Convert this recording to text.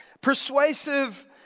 persuasive